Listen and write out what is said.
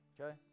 okay